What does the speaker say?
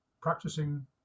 practicing